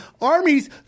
armies